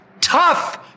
tough